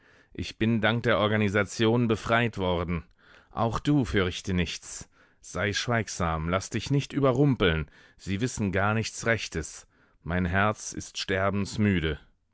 ich bin dank der organisation befreit worden auch du fürchte nichts sei schweigsam laß dich nicht überrumpeln sie wissen gar nichts rechtes mein herz ist